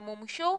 שמומשו.